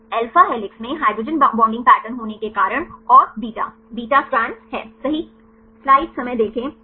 alpha helix में hydrogen bonding pattern होने के कारण और बीटा बीटा स्ट्रैंड सही है